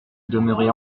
demeurer